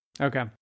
Okay